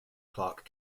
clark